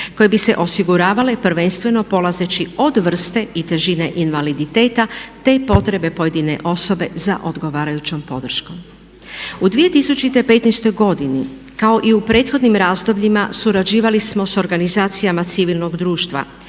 koje bi se osiguravale prvenstveno polazeći od vrste i težine invaliditeta te potrebe pojedine osobe za odgovarajućom podrškom. U 2015. godini kao i u prethodnim razdobljima surađivali smo s organizacijama civilnog društva,